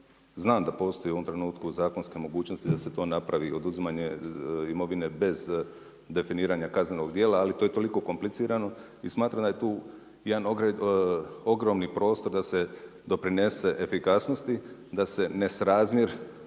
znam da postoji u ovom trenutku zakonske mogućnosti da se to napravi, oduzimanje imovine bez definiranja kaznenog dijela, ali to je toliko komplicirano i smatram da je tu ogromni prostor, da se doprinese efikasnosti, da se nesrazmjer